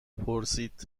پرسید